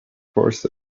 forced